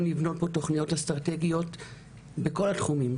לבנות פה תוכניות אסטרטגיות בכל התחומים,